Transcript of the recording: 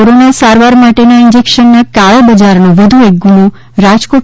corona સારવાર માટેના ઈજેકશનના કાળાબજારનો વધુ એક ગુનો રાજકોટ